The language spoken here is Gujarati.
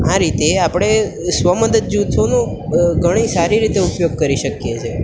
આ રીતે આપણે સ્વ મદદ જૂથોનો ઘણી સારી રીતે ઉપયોગ કરી શકીએ છે